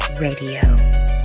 Radio